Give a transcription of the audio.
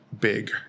big